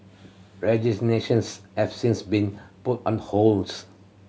registrations have since been put on hold